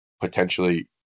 potentially